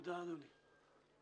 תודה, אדוני.